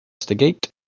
Investigate